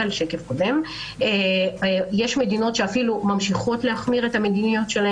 יש מדינות שאפילו ממשיכות להחמיר את המדיניות שלהם.